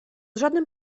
żadnym